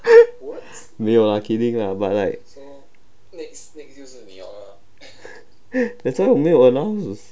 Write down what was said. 没有啦 kidding lah but like that's why 我没有 announce